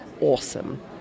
awesome